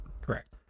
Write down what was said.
correct